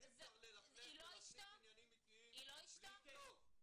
אי אפשר ללכלך ולהכניס עניינים אישיים בלי סוף.